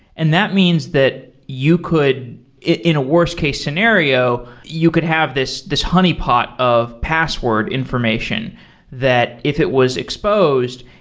and that means that you could in a worst case scenario, you could have this this honeypot of password information that if it was exposed,